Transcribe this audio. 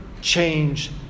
change